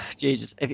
Jesus